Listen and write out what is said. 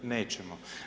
Nećemo.